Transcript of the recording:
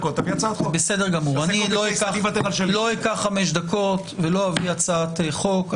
לא אקח חמש דקות ולא אביא הצעת חוק.